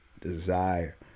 desire